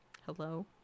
Hello